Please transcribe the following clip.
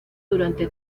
durante